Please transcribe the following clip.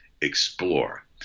explore